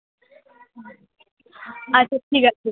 আচ্ছা ঠিক আছে